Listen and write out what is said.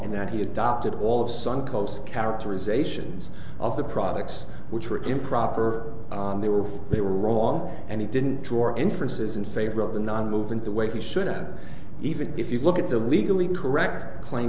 in that he adopted all of suncoast characterizations of the products which were improper they were they were wrong and he didn't draw inferences in favor of the nonmoving the way he should have even if you look at the legally correct claim